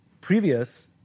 previous